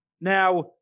Now